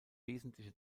wesentliche